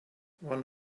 one